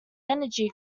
energy